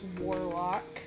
warlock